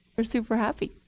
we're super happy.